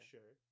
Sure